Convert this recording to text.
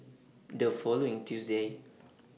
The following Tuesday